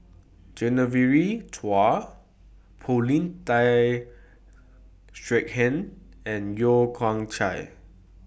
Genevieve Chua Paulin Tay Straughan and Yeo Kian Chai